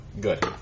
good